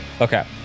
Okay